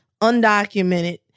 undocumented